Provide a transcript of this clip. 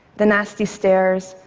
the nasty stares,